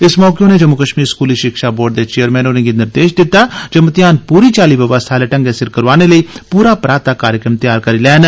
इस मौके उनें जम्मू कश्मीर स्कूली शिक्षा बोर्ड दे चेयरमैन होरें गी निर्देश दित्ता जे मतेयान पूरी चाल्ली व्यवस्था आले ढंगै सिर करोआने लेई पूरा पराता कार्यक्रम त्यार करी लैन